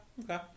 okay